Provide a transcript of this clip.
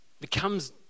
becomes